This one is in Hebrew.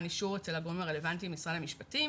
אישור אצל הגורמים הרלוונטיים במשרד המשפטים.